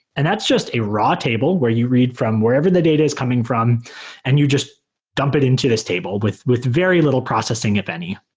and that's just a raw table where you read from wherever the data is coming from and you just dump it into this table with with very little processing, if any.